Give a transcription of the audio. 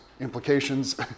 implications